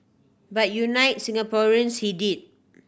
but unite Singaporeans he did